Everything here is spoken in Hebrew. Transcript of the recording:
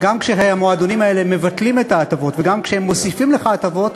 גם כשהמועדונים האלה מבטלים את ההטבות וגם כשהם מוסיפים לך הטבות,